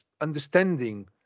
understanding